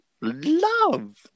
Love